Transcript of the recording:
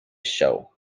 show